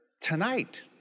tonight